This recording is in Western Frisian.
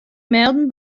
melden